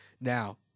Now